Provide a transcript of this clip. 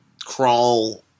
crawl